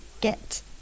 get